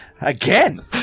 again